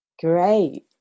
Great